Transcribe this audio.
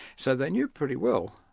so they knew pretty well,